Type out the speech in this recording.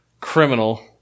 criminal